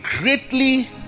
greatly